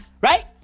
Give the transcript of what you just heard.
Right